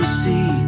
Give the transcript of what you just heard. see